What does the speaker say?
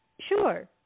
sure